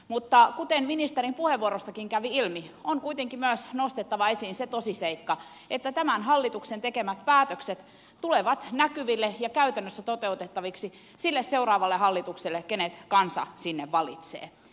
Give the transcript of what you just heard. mutta kuten ministerin puheenvuorostakin kävi ilmi on kuitenkin myös nostettava esiin se tosiseikka että tämän hallituksen tekemät päätökset tulevat näkyville ja käytännössä toteutettaviksi sille seuraavalle hallitukselle jonka kansa sinne valitsee